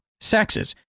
sexes